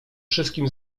wszystkim